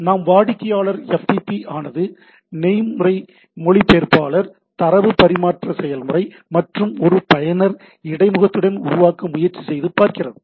நாம் வாடிக்கையாளர் FTP ஆனது நெறிமுறை மொழிப்பெயர்ப்பாளர் தரவுப் பரிமாற்ற செயல்முறை மற்றும் ஒரு பயனர் இடைமுகத்துடன் உருவாக்க முயற்சி செய்து பார்க்கிறது